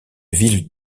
ville